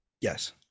yes